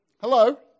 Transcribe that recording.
Hello